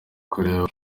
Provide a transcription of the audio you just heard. kureba